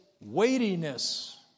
weightiness